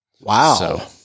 Wow